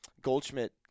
Goldschmidt